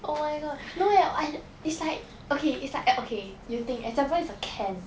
oh my god no eh I it's like okay it's like okay you think example is a can